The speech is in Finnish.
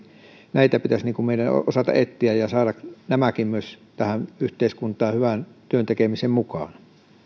näitä pitäisi meidän osata etsiä ja saada myös heidätkin tähän yhteiskuntaan hyvään työn tekemiseen mukaan